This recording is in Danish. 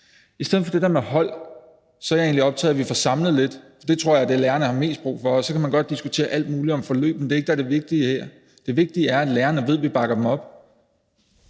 I stedet for det der med hold er jeg egentlig optaget af, at vi får samlet det lidt, for det tror jeg er det, som lærerne har mest brug for. Så kan man godt diskutere alt muligt om forløb, men det er ikke det, der er det vigtige her. Det vigtige er, at lærerne ved, at vi bakker dem op.